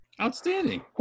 outstanding